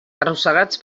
arrossegats